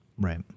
Right